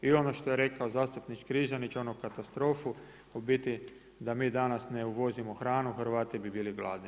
I ono što je rekao zastupnik Križanić onu katastrofu, u biti da mi danas ne uvozimo hranu Hrvati bi bili gladni.